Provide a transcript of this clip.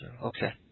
Okay